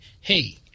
hey